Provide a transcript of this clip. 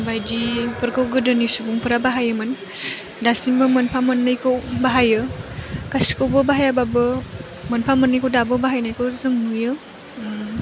बायदिफोरखौ गोदोनि सुबुंफोरा बाहायोमोन दासिमबो मोनफा मोननैखौ बाहायो गासैखौबो बाहायाबाबो मोनफा मोन्नैखौ दाबो बाहायनायखौ जों नुयो